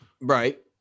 Right